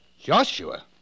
Joshua